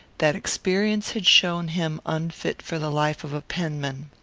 that experience had shown him unfit for the life of a penman.